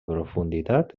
profunditat